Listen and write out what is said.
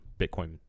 Bitcoin